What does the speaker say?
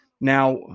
Now